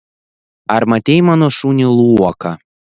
ar matei mano šunį luoką